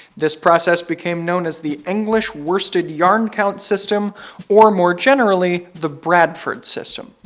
this process became known as the english worsted yarn count system or more generally, the bradford system.